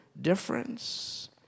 difference